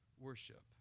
worship